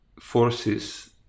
forces